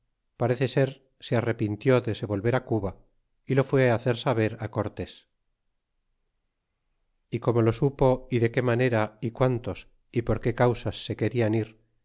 parece ser se arrepintió de se volver cuba y lo fue hacer saber cortés e cómo lo supo é de qué manera y quntos é por qué causas se querian ir